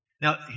Now